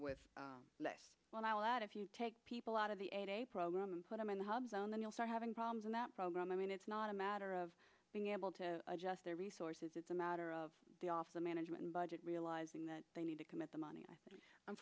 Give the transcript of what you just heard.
with less when i will add if you take people out of the program and put them in the hub zone then you'll start having problems in that program i mean it's not a matter of being able to adjust their resources it's a matter of the off the management and budget realizing that they need to commit the money i think